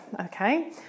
okay